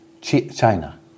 China